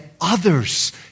others